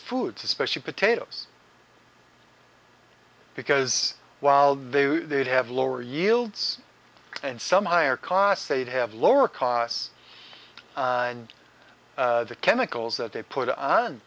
foods especially potatoes because while they were they'd have lower yields and some higher costs eight have lower costs and the chemicals that they put on